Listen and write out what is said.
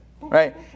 right